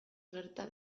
gerta